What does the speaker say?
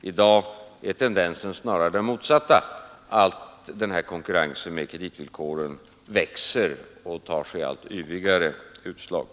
I dag är tendensen snarare den motsatta — att den här konkurrensen med kreditvillkoren växer och ger allt yvigare utslag.